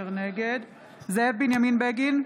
זאב בנימין בגין,